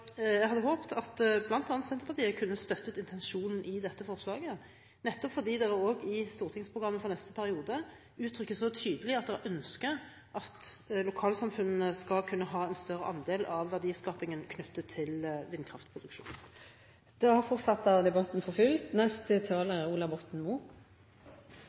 Jeg hadde håpet at bl.a. Senterpartiet kunne støttet intensjonen i dette forslaget, nettopp fordi det i Senterpartiets stortingsprogram for neste periode er uttrykt et så tydelig ønske om at lokalsamfunnene skal kunne ha en større andel av verdiskapingen knyttet til vindkraftproduksjon. Så fortsetter debatten for fullt. Neste